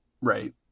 right